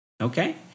okay